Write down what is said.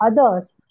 others